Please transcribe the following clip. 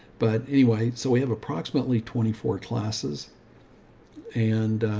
but anyway, so we have approximately twenty four classes and,